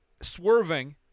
swerving